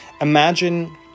Imagine